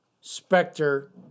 Spectre